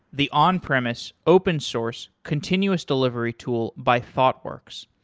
the on-premise, open-source, continuous delivery tool by thoughtworks.